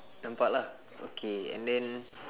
nampak lah okay and then